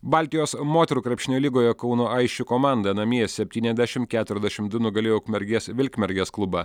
baltijos moterų krepšinio lygoje kauno aisčių komanda namie septyniasdešim keturiasdešim du nugalėjo ukmergės vilkmergės klubą